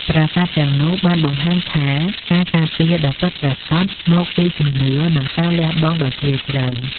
ប្រាសាទទាំងនោះបានបង្ហាញថាការការពារដ៏ពិតប្រាកដមកពីជំនឿ និងការលះបង់ដ៏ជ្រាលជ្រៅ។